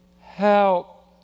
help